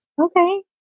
okay